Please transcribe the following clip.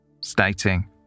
stating